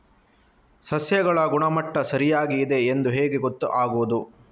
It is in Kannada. ಸಸ್ಯಗಳ ಗುಣಮಟ್ಟ ಸರಿಯಾಗಿ ಇದೆ ಎಂದು ಹೇಗೆ ಗೊತ್ತು ಆಗುತ್ತದೆ?